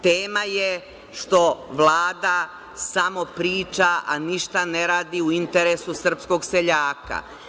Tema je što Vlada samo priča, a ništa ne radi u interesu srpskog seljaka.